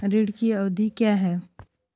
ऋण की अवधि क्या है?